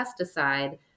pesticide